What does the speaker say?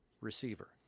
receiver